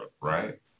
right